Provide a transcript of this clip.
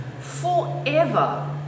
forever